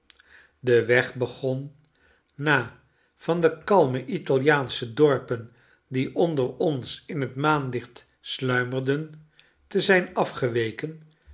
de weg begon na van de kalme italiaansche dorpen die onder ons in het maanlicht sluimerden te zijn afgeweken